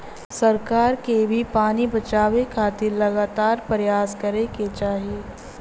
सरकार के भी पानी बचावे खातिर लगातार परयास करे के चाही